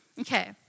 Okay